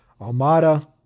Almada